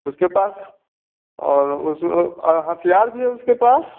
उसके पास और उस उस और हथियार भी है उसके पास